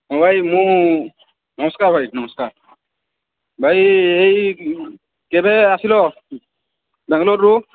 ହଁ ଭାଇ ମୁଁ ନମସ୍କାର ଭାଇ ନମସ୍କାର ଭାଇ ଏଇ କେବେ ଆସିଲ ବାଙ୍ଗଲୋରରୁୁ